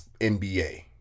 NBA